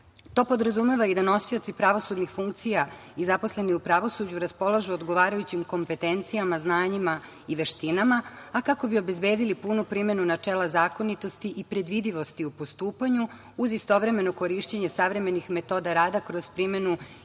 podrazumeva i da nosioci pravosudnih funkcija i zaposleni u pravosuđu raspolažu odgovarajućim kompetencijama, znanjima i veštinama, a kako bi obezbedili punu primenu načela zakonitosti i predvidivosti u postupanju, uz istovremeno korišćenje savremenih metoda rada kroz primenu